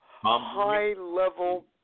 high-level